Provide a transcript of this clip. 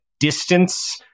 distance